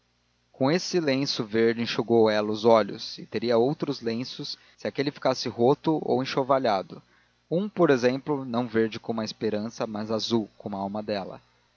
com esse lenço verde enxugou ela os olhos e teria outros lenços se aquele ficasse roto ou enxovalhado um por exemplo não verde como a esperança mas azul como a alma dela